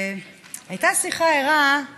והייתה שיחה ערה של